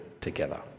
together